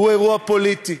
הוא אירוע פוליטי,